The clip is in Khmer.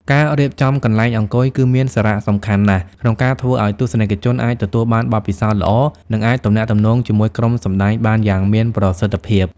ការរៀបចំកន្លែងអង្គុយ គឺមានសារៈសំខាន់ណាស់ក្នុងការធ្វើឲ្យទស្សនិកជនអាចទទួលបានបទពិសោធន៍ល្អ និងអាចទំនាក់ទំនងជាមួយក្រុមសម្តែងបានយ៉ាងមានប្រសិទ្ធភាព។